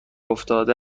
افتاده